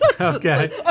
Okay